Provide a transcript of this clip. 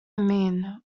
mean